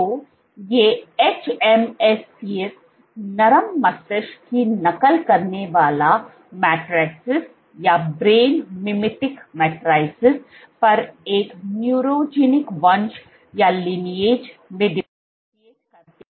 तो ये hMSCs नरम मस्तिष्क की नकल करने वाले मेट्रिसेस पर एक न्यूरोजेनिक वंश में डिफरेंटशिएट करते हैं